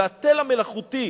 והתל המלאכותי